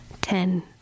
ten